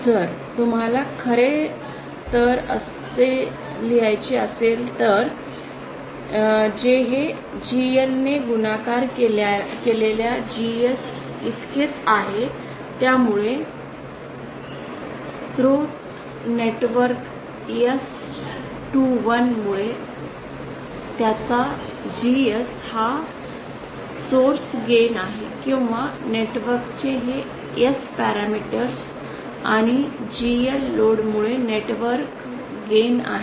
जर तुम्हाला खरे तर असे लिहायचे असेल तर हे जी एल ने गुणाकार केलेल्या जी एस इतकेच आहे त्यामुळे स्रोत नेटवर्क एस २१ मुळे त्याचा जीएस हा स्रोत नफा आहे किंवा नेटवर्कचे हे एस पॅरामीटर्स आणि जीएल लोड मुळे नेटवर्क लाभ आहे